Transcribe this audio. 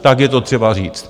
Tak je to třeba říci.